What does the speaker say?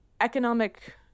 economic